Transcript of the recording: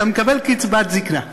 אתה מקבל קצבת זיקנה.